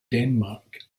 denmark